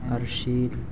Arshil